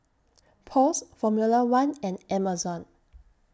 Post Formula one and Amazon